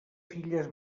filles